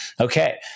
okay